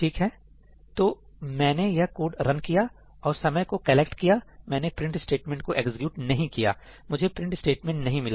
ठीक है तो मैंने यह कोड रन किया और समय को कलेक्ट किया मैंने प्रिंट स्टेटमेंट को एक्सक्यूट नहीं किया मुझे प्रिंट स्टेटमेंट नहीं मिला